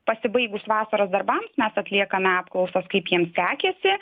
pasibaigus vasaros darbams mes atliekame apklausas kaip jiems sekėsi